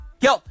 Yo